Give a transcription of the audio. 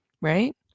right